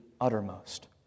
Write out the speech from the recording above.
uttermost